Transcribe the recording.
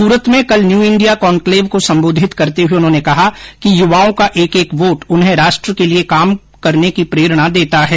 सूरत में कल new India conclave को सम्बोधित करते हुए उन्होंने कहा कि युवाओं का एक एक वोट उन्हे राष्ट्र के लिए काम करने की प्रेरणा देता है